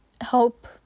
Help